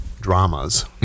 dramas